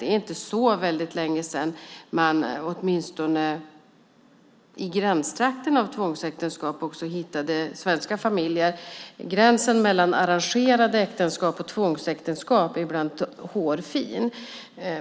Det är inte så väldigt länge sedan som man åtminstone i gränstrakten av tvångsäktenskap också hittade svenska familjer. Gränsen mellan arrangerade äktenskap och tvångsäktenskap är ibland hårfin.